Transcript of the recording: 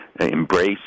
embrace